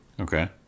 Okay